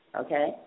okay